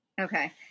Okay